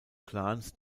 clans